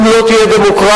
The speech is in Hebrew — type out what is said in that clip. אם לא תהיה דמוקרטיה,